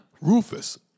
Rufus